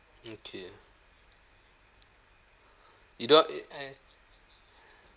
okay you don't want it I